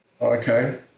okay